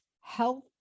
health